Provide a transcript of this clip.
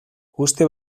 uste